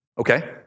Okay